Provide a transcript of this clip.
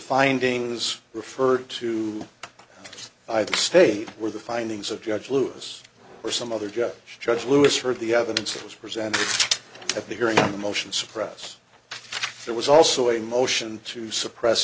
findings referred to by the state were the findings of judge lewis or some other judge judge lewis heard the evidence that was presented at the hearing the motion suppress there was also a motion to suppress